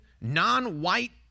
non-white